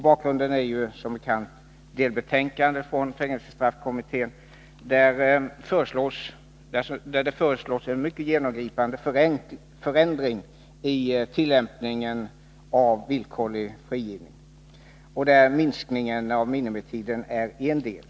Bakgrunden är som bekant ett delbetänkande från fängelsestraffkommittén, som föreslår en mycket genomgripande förändring i tillämpningen av villkorlig frigivning varvid minskningen av minimitiden är en del.